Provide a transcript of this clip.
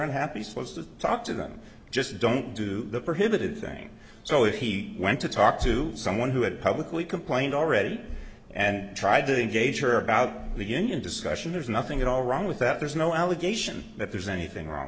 unhappy supposed to talk to them just don't do the prohibited thing so he went to talk to someone who had publicly complained already and tried to engage her about the union discussion there's nothing at all wrong with that there's no allegation that there's anything wrong